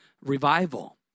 revival